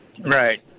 Right